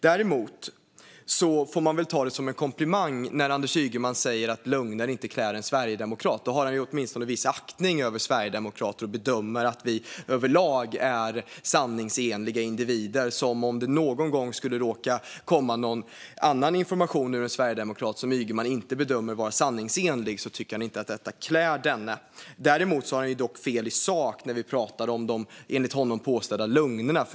Däremot får man väl ta det som en komplimang när Anders Ygeman säger att lögner inte klär en sverigedemokrat. Han har alltså åtminstone en viss aktning för sverigedemokrater och bedömer att vi överlag är sanningsenliga individer, så om det någon gång skulle råka komma någon information ur en sverigedemokrat som Ygeman inte bedömer vara sanningsenlig tycker han inte att detta klär denne. Däremot har han fel i sak när vi pratar om de, enligt honom, påstådda lögnerna.